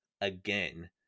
again